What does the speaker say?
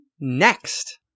next